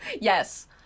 Yes